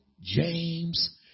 James